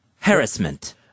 Harassment